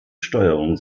steuerung